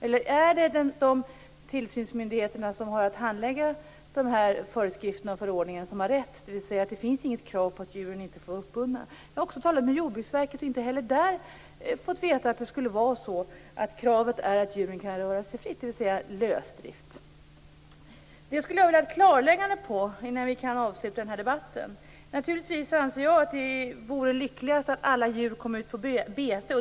Eller är det de tillsynsmyndigheter som har att handlägga föreskrifterna och förordningen som har rätt, dvs. att det inte finns något krav på att djuren inte får vara uppbundna. Jag har talat med Jordbruksverket och har inte heller där fått veta att kravet är att djuren skall kunna röra sig fritt, dvs. Jag skulle vilja ha ett klarläggande om detta innan vi kan avsluta debatten. Naturligtvis anser jag att det vore lyckligast att alla djur kom ut på bete.